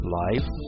life